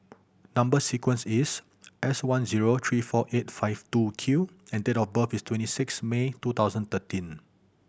number sequence is S one zero three four eight five two Q and date of birth is twenty six May two thousand thirteen